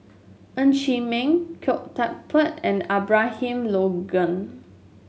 Ng Chee Meng Khoo Teck Puat and Abraham Logan